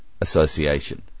Association